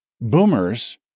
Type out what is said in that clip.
boomers